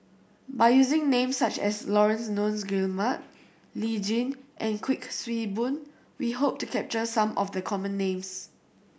by using names such as Laurence Nunns Guillemard Lee Tjin and Kuik Swee Boon we hope to capture some of the common names